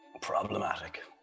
problematic